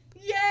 yay